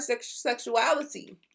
sexuality